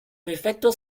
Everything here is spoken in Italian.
perfetto